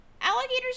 Alligators